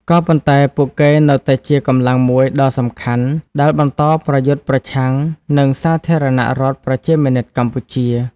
ក៏ប៉ុន្តែពួកគេនៅតែជាកម្លាំងមួយដ៏សំខាន់ដែលបន្តប្រយុទ្ធប្រឆាំងនឹង សាធារណរដ្ឋប្រជាមានិតកម្ពុជា។